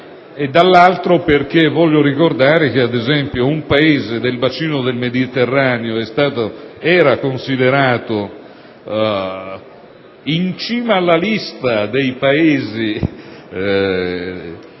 e inoltre, voglio ricordare che, ad esempio, un Paese del bacino del Mediterraneo che era considerato in cima alla lista dei Paesi